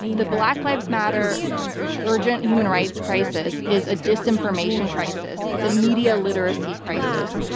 the black lives matter urgent human rights crisis is a disinformation crisis. it's a media literacy crisis.